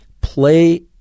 play